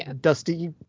dusty